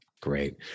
Great